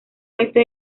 oeste